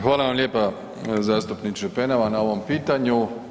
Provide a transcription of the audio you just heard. Hvala vam lijepa zastupniče Penava na ovom pitanju.